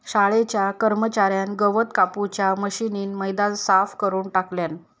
शाळेच्या कर्मच्यार्यान गवत कापूच्या मशीनीन मैदान साफ करून टाकल्यान